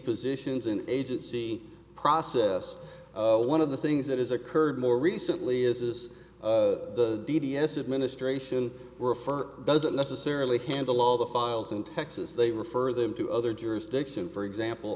positions and agency process one of the things that has occurred more recently is the d d s administration refer doesn't necessarily handle all the files in texas they refer them to other jurisdiction for example